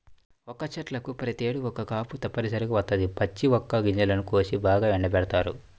వక్క చెట్లకు ప్రతేడు ఒక్క కాపు తప్పనిసరిగా వత్తది, పచ్చి వక్క గింజలను కోసి బాగా ఎండబెడతారు